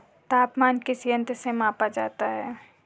तापमान किस यंत्र से मापा जाता है?